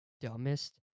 dumbest